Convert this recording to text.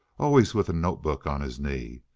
always with a notebook on his knee.